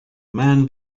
man